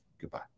Goodbye